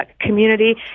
community